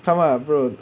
他们 ah bro